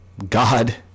God